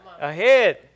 ahead